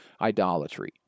idolatry